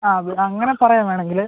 ആ അത് അങ്ങനെ പറയാം വേണമെങ്കിൽ